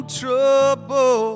trouble